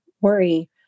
worry